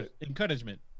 Encouragement